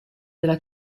della